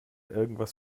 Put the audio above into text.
irgendwas